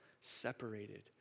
separated